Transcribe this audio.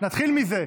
נתחיל מזה.